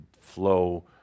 flow